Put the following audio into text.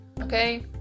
okay